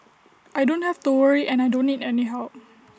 I don't have to worry and I don't need any help